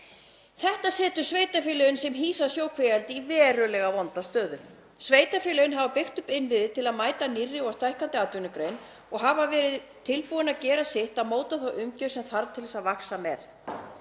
Þetta setur sveitarfélögin sem hýsa sjókvíaeldi í verulega vonda stöðu. Sveitarfélögin hafa byggt upp innviði til að mæta nýrri og stækkandi atvinnugrein og hafa verið tilbúin að gera sitt og móta þá umgjörð sem þarf til að vaxa með.